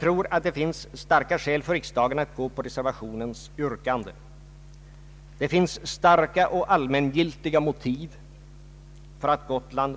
Barnen kommer mycket snart tillbaka till daghemmet, och då skall det finnas möjligheter att i ett särskilt rum ge dem en chans att få i lugn